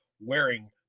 wearing